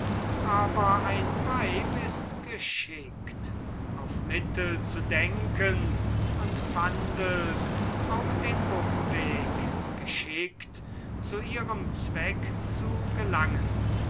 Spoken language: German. aber ein weib ist geschickt auf mittel zu denken und wandelt auch den umweg geschickt zu ihrem zweck zu gelangen